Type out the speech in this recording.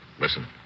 Listen